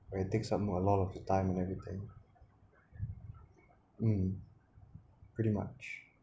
it takes some a lot of the time and everything mm pretty much